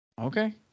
okay